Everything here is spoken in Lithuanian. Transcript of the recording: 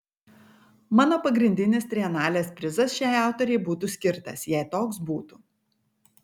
mano pagrindinis trienalės prizas šiai autorei būtų skirtas jei toks būtų